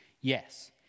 Yes